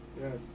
yes